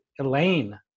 Elaine